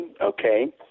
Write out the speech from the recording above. okay